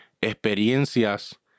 experiencias